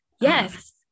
Yes